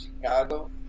Chicago